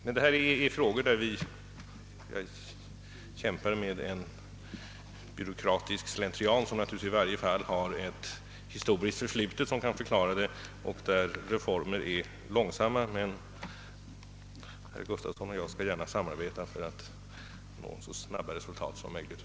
När det gäller dessa frågor kämpar vi mot en byråkratisk slentrian baserad på ett historiskt förflutet, vilket kan förklara att reformerna kommer långsamt. Men jag skall gärna samarbeta med herr Gustafsson för att vi skall nå så snabba resultat som möjligt.